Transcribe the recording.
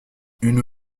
une